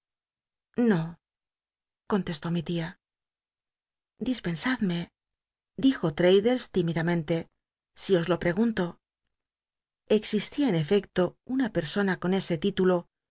no contestó mi tia dispensadme dijo l'taddlcs tímidamente si os lo pregunto exislia en efecto una persona oluntad de uriab con ese lílulo